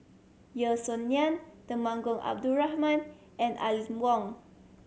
Yeo Song Nian Temenggong Abdul Rahman and Aline Wong